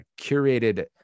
curated